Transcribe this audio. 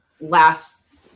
last